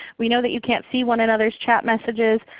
we know that you can't see one another's chat messages,